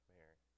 Mary